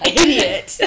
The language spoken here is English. idiot